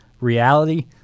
reality